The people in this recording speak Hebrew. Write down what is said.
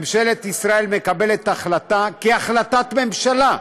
ממשלת ישראל מקבלת החלטה, החלטת ממשלה,